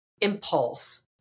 impulse